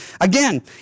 again